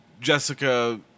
Jessica